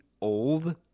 old